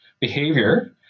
Behavior